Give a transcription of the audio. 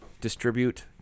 distribute